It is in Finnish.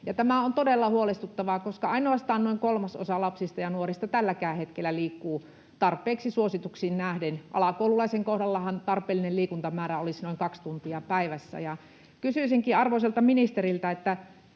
Tämä on todella huolestuttavaa, koska ainoastaan noin kolmasosa lapsista ja nuorista tälläkään hetkellä liikkuu tarpeeksi suosituksiin nähden. Alakoululaisen kohdallahan tarpeellinen liikuntamäärä olisi noin 2 tuntia päivässä. Kysyisinkin arvoisalta ministeriltä: millä